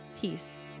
peace